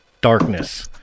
darkness